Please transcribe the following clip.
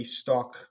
stock